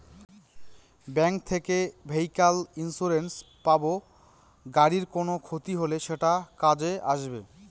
bank থেকে vehicle insurance পাব গাড়ির কোনো ক্ষতি হলে সেটা কাজে আসবে